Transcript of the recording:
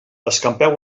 escampeu